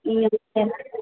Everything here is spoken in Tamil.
நீங்கள் அதுக்கு